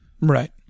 Right